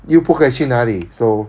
又不可以去哪里 so